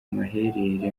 maherere